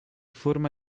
forma